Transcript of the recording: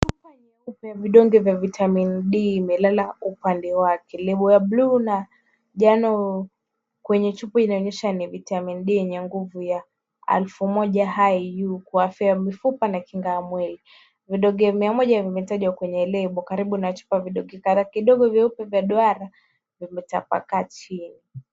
Chupa nyeupe ya vidonge vya Vitamin D imelala upande wake. Lebo ya blue na njano kwenye chupa inaonyesha ni Vitamin D , yenye nguvu ya elfu moja high U kwa afya ya mifupa na kinga ya mwili. Vidonge mia moja vimetajwa kwenye lebo. Karibu na chupa ya vidonge, vidogo, vyeupe vya duara vimetapakaa chini.